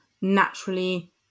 naturally